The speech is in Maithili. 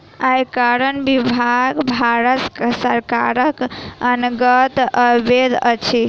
आयकर विभाग भारत सरकारक अन्तर्गत अबैत अछि